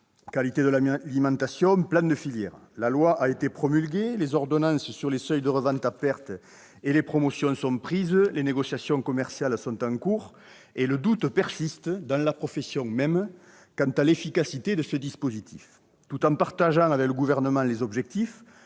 qualité de l'alimentation et des plans de filières. La loi a été promulguée, les ordonnances sur les seuils de revente à perte et les promotions sont prises, les négociations commerciales sont en cours. Pourtant, le doute persiste dans la profession même quant à l'efficacité de ces dispositifs. Tout en partageant les objectifs